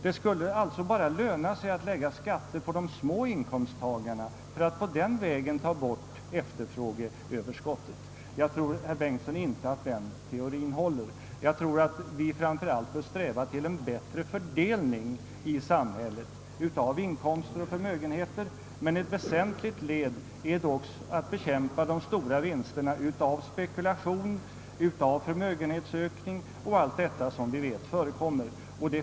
Det skulle alltså bara löna sig att lägga skatter på de mindre inkomsterna för att den vägen ta bort »efterfrågeöverskottet». Jag tror inte, herr Bengtsson, att den teorien håller. Jag tror att vi framför allt bör sträva efter en bättre fördelning i samhället av inkomster och förmögenheter, varvid ett väsentligt led är att begränsa de stora vinsterna av spekulation och av förmögenhetsökning med mera som vi vet förekommer.